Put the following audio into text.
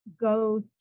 go